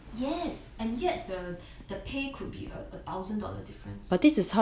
yes and yet the the pay could be a thousand dollar difference